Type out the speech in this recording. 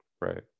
right